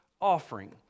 offering